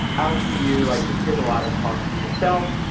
out to you. i just did a lot of talking myself.